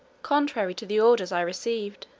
contrary to the orders i received.